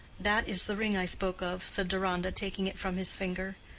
that is the ring i spoke of, said deronda, taking it from his finger.